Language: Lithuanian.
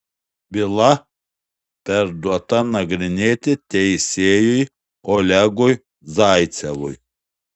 byla perduota nagrinėti teisėjui olegui zaicevui